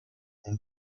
اون